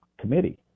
committee